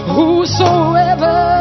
Whosoever